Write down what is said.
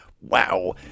Wow